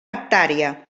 hectàrea